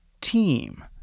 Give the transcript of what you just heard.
team